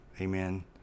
Amen